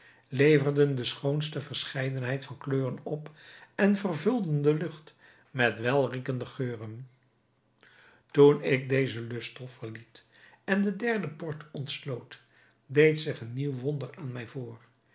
leverden de schoonste verscheidenheid van kleuren op en vervulden de lucht met welriekende geuren toen ik dezen lusthof verliet en de derde poort ontsloot deed zich een nieuw wonder aan mij voor